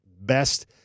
best